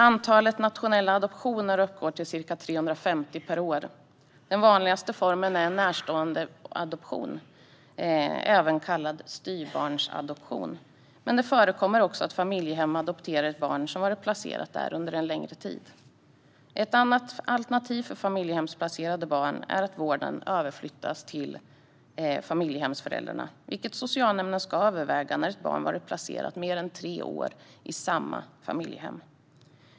Antalet nationella adoptioner uppgår till ca 350 per år. Den vanligaste formen är närståendeadoption, även kallad styvbarnsadoption, men det förekommer också att familjehem adopterar ett barn som har varit placerat där under längre tid. Ett annat alternativ för familjehemsplacerade barn är att vårdnaden överflyttas till familjehemsföräldrarna, vilket socialnämnden ska överväga när ett barn varit placerat mer än tre år i samma familjehem.